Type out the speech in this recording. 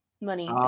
money